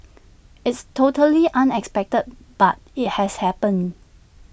it's totally unexpected but IT has happened